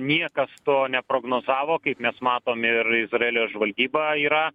niekas to neprognozavo kaip mes matom ir izraelio žvalgyba yra